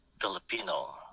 Filipino